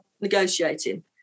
negotiating